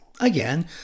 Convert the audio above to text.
Again